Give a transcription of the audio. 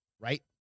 right